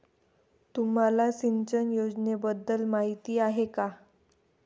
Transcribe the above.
तुम्हाला सिंचन योजनेबद्दल माहिती आहे का?